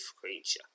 creature